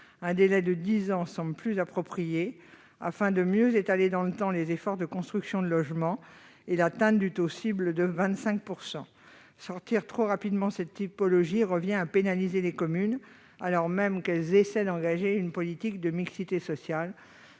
Un délai de dix ans semble plus approprié, afin de mieux étaler dans le temps les efforts de construction de logements et l'atteinte du taux cible de 25 %. Sortir trop rapidement de ces typologies revient à pénaliser les communes, alors même qu'elles engagent une politique de mixité sociale.